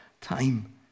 time